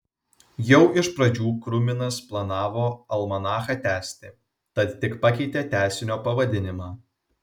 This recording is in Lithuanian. jau iš pradžių kruminas planavo almanachą tęsti tad tik pakeitė tęsinio pavadinimą